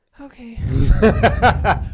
okay